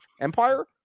Empire